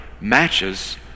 matches